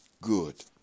Good